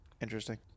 Interesting